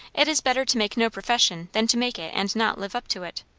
it is better to make no profession, than to make it and not live up to it.